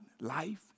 life